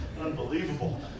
Unbelievable